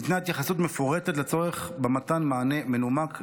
ניתנה התייחסות מפורטת לצורך במתן מענה מנומק.